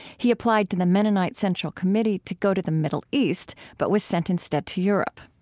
he applied to the mennonite central committee to go to the middle east but was sent instead to europe.